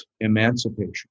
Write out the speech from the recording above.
emancipation